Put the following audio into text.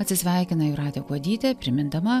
atsisveikina jūratė kuodytė primindama